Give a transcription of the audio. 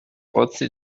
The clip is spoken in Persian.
قدسی